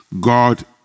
God